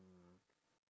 mm